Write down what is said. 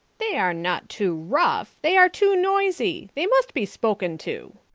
they are not too rough, they are too noisy they must be spoken to.